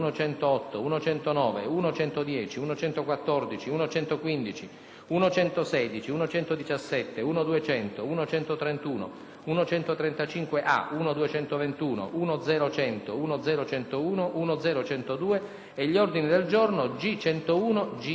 1.116, 1.117, 1.200, 1.131, 1.135a, 1.221, 1.0.100, 1.0.101, 1.0.102 e gli ordini del giorno G101 e G102. Colleghi, a questo punto, mancando